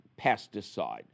pesticide